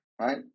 right